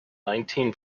nineteen